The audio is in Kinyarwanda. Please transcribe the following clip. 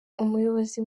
umuyobozi